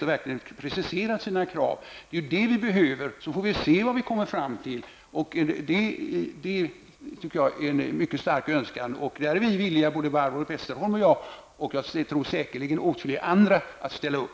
Det är detta som vi behöver. Sedan får vi se vad man kommer fram till. Detta är ett mycket starkt önskemål. Både Barbro Westerholm och jag, och säkerligen åtskilliga andra, är villiga att ställa upp.